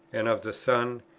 and of the son,